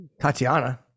Tatiana